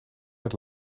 het